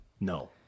No